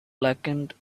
blackened